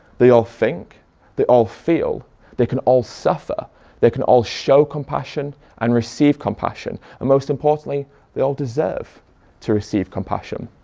they all think they all feel they can all suffer they can all show compassion and receive compassion and most importantly they all deserve to receive compassion.